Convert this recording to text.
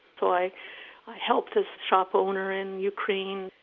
so i i helped this shop owner in ukraine,